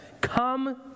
come